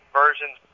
versions